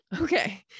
Okay